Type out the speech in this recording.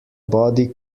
body